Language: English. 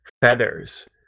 feathers